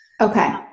Okay